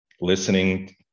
Listening